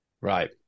Right